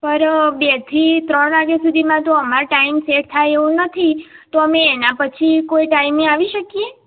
પણ બે થી ત્રણ વાગ્યા સુધીમાં તો અમારો ટાઈમ સેટ થાય એવો નથી તો અમે એનાં પછી કોઈ ટાઇમે આવી શકીએ